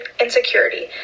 insecurity